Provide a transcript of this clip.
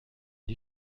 die